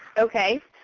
ok.